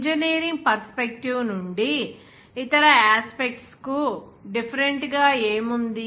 engineering perspective నుండి ఇతర aspects కు డిఫరెంట్ గా ఏముంది